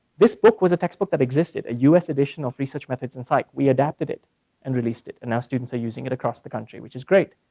this book was a textbook that existed, a us edition of research methods and psych, we adapted it and released it. and now students are using it across the country, which is great.